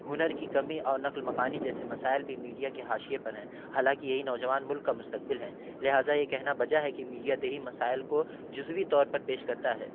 ہنر کی کمی اور نقل مکانی جیسے مسائل بھی میڈیا کے حاشیے پر ہیں حالانکہ یہی نوجوان ملک کا مستقبل ہیں لہٰذا یہ کہنا بجا ہے کہ میڈیا دیہی مسائل کو جزوی طور پر پیش کرتا ہے